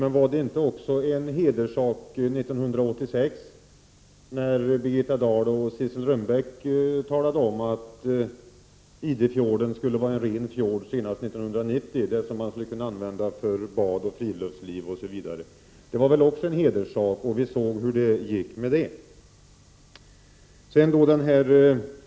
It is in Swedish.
Men var det inte också en hederssak 1986 när Birgitta Dahl och Sissel Rgnbeck sade att Idefjorden skulle vara en ren fjord senast 1990 och kunna användas till bad, friluftsliv osv.? Det var väl också en hederssak, men vi såg hur det gick med det.